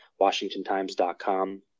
WashingtonTimes.com